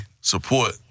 support